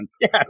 Yes